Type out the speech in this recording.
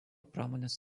pramonės